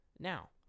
now